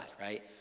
right